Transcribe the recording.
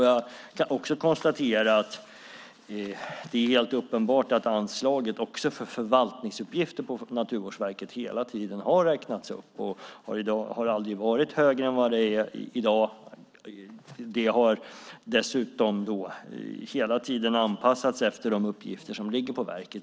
Jag kan också konstatera att det är helt uppenbart att anslaget för förvaltningsuppgifter på Naturvårdsverket hela tiden har räknats upp och aldrig har varit högre än vad det är i dag. Det har dessutom hela tiden anpassats efter de uppgifter som ligger på verket.